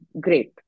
great